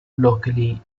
locally